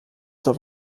zur